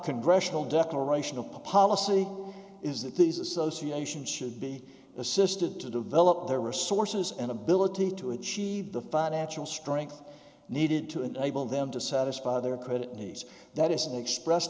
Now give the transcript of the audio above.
congressional declaration of policy is that these association should be assisted to develop their resources and ability to achieve the financial strength needed to enable them to satisfy their credit needs that isn't express